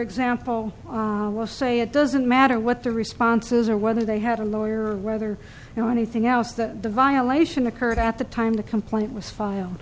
example will say it doesn't matter what the responses are whether they have a lawyer whether you know anything else that the violation occurred at the time the complaint was filed